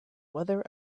weather